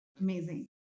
Amazing